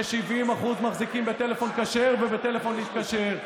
ש-70% מחזיקים בטלפון כשר ובטלפון להתקשר,